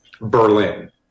Berlin